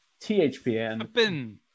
THPN